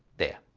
there